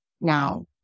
now